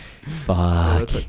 Fuck